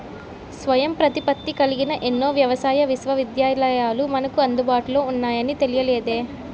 స్వయం ప్రతిపత్తి కలిగిన ఎన్నో వ్యవసాయ విశ్వవిద్యాలయాలు మనకు అందుబాటులో ఉన్నాయని తెలియలేదే